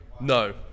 No